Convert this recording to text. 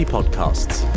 Podcasts